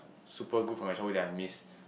super good from my childhood that I missed